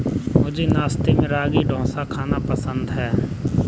मुझे नाश्ते में रागी डोसा खाना पसंद है